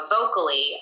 vocally